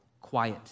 quiet